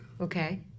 Okay